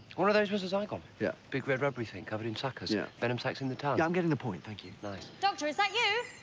one of those was a zygon, yeah big red rubbery thing covered in suckers. yeah venom sacs in the tongue. i'm getting the point, thank you. you know doctor? is that you?